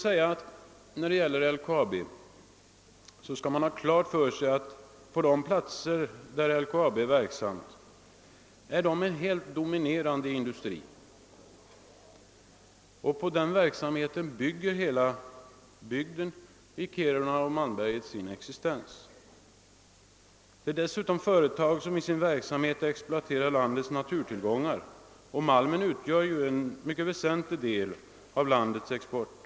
Man bör ha klart för sig att på de platser där LKAB är verksam är detta företag den helt dominerande industrin, och hela bygden i Kiruna och Malmberget bygger sin existens på den. Företaget exploaterar dessutom landets naturtillgångar, och malmen utgör en mycket väsentlig del av landets export.